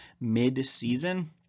mid-season